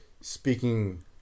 speaking